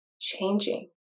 changing